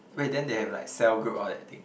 wait then they have like cell group all that thing